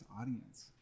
audience